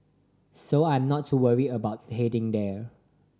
so I am not too worried about heading there